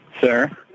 Sir